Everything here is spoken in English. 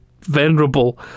venerable